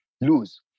lose